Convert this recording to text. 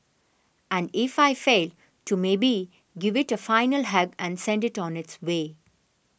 and if I fail to maybe give it a final hug and send it on its way